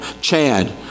Chad